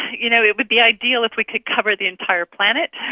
you know, it would be ideal if we could cover the entire planet,